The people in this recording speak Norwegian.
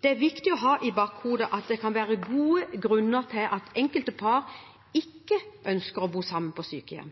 Det er viktig å ha i bakhodet at det kan være gode grunner til at enkelte par ikke ønsker å bo sammen på sykehjem.